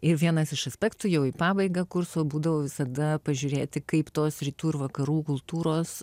ir vienas iš aspektų jau į pabaigą kurso būdavo visada pažiūrėti kaip tos rytų ir vakarų kultūros